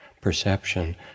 perception